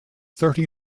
thirty